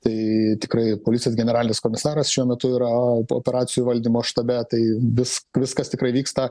tai tikrai ir policijos generalinis komisaras šiuo metu yra operacijų valdymo štabe tai vis viskas tikrai vyksta